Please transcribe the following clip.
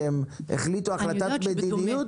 שהם החליטו החלטת מדיניות?